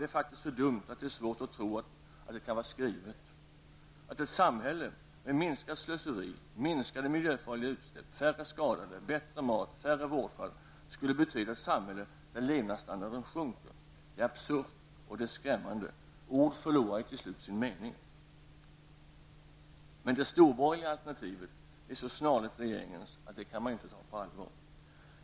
Det är faktiskt så dumt att det är svårt att tro att det kan vara skrivet -- att ett samhälle med minskat slöseri, minskade miljöfarliga utsläpp, färre skadade i trafiken, bättre mat, färre vårdfall, skulle betyda ett samhälle där levnadsstandarden sjunker. Det är absurt, och det är skrämmande. Ord förlorar till slut sin mening. Men det storborgerliga alternativet är så snarlikt regeringens att man inte kan ta det på allvar.